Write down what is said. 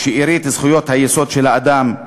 את שארית זכויות היסוד של האדם,